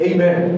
Amen